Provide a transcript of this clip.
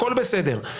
הכול בסדר.